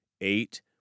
Eight